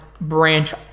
branch